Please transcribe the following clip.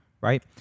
right